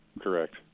correct